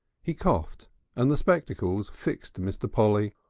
he coughed and the spectacles fixed mr. polly.